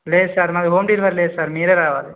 లేదు సార్ మాది home delivery లేదు సార్ మీరే రావాలి